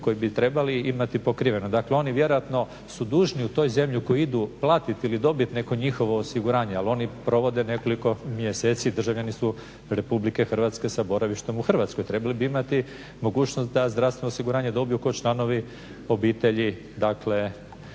koji bi trebali imati pokriveno. Dakle oni vjerojatno su dužni u toj zemlji u koju idu platit ili dobit neko njihovo osiguranje, ali oni provode nekoliko mjeseci i državljani su Republike Hrvatske sa boravištem u Hrvatskoj. Trebali bi imati mogućnost da zdravstveno osiguranje dobiju kao članovi obitelji dakle